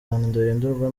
ndahindurwa